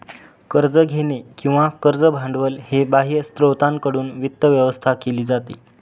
कर्ज घेणे किंवा कर्ज भांडवल हे बाह्य स्त्रोतांकडून वित्त व्यवस्था केली जाते